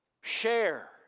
share